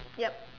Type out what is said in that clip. yup